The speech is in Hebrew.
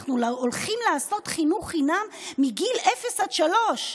אנחנו הולכים לעשות חינוך חינם מגיל אפס עד שלוש.